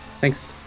thanks